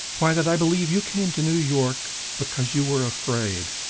why, that i believe you came to new york because you were afraid.